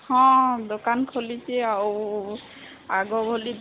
ହଁ ଦୋକାନ ଖୋଲିଛି ଆଉ ଆଗ ଭଲି